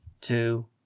two